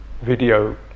video